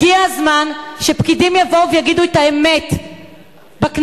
הגיע הזמן שפקידים יבואו ויגידו את האמת בכנסת.